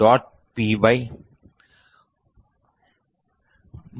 py -binary